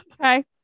Okay